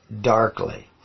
darkly